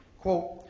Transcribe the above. Quote